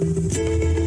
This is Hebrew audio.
(הקרנת סרטון).